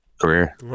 career